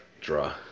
Draw